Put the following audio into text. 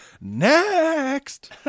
next